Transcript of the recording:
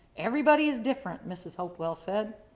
everybody is different, mrs. hopewell said.